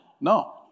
No